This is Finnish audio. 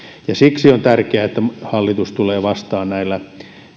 siksi on tärkeää että hallitus tulee vastaan näillä